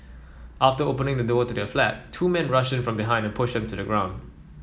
after opening the door to their flat two men rushed in from behind pushed them to the ground